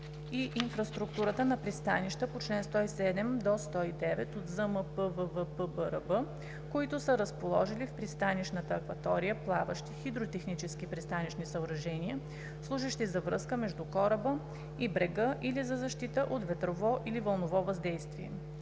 и инфраструктурата на пристанища по чл. 107 – 109 от ЗМПВВППРБ, които са разположили в пристанищната акватория плаващи хидротехнически пристанищни съоръжения, служещи за връзка между кораба и брега или за защита от ветрово, или вълново въздействие.